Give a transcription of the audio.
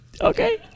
Okay